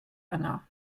yno